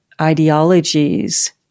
ideologies